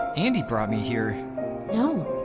andi brought me here no.